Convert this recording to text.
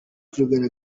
turimo